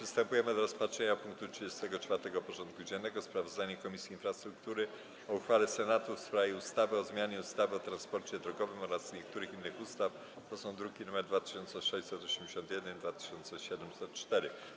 Przystępujemy do rozpatrzenia punktu 34. porządku dziennego: Sprawozdanie Komisji Infrastruktury o uchwale Senatu w sprawie ustawy o zmianie ustawy o transporcie drogowym oraz niektórych innych ustaw (druki nr 2681 i 2704)